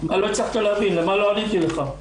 למה לא עניתי לך?